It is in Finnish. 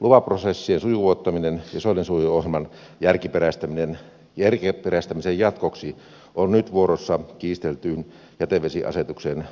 luova prosessi on luottaminen sisun lupaprosessien sujuvoittamisen ja soidensuojeluohjelman järkiperäistämisen jatkoksi on nyt vuorossa kiistellyn jätevesiasetuksen